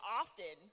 often